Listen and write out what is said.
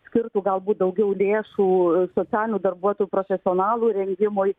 skirtų galbūt daugiau lėšų socialinių darbuotojų profesionalų rengimui